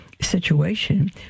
situation